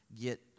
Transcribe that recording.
get